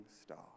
star